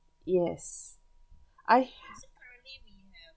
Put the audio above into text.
yes I